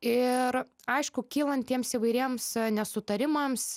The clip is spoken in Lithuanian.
ir aišku kylan tiems įvairiems nesutarimams